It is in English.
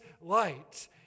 light